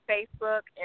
Facebook